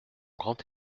grand